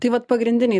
tai vat pagrindiniai